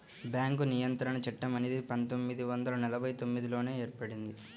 bank నియంత్రణ చట్టం అనేది పందొమ్మిది వందల నలభై తొమ్మిదిలోనే ఏర్పడింది